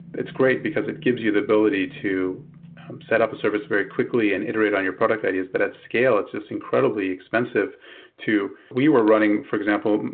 it's great, because it gives you the ability to set up a service very quickly and iterate on your product ideas. but at scale, it's just incredibly expensive to we were running, for example,